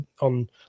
on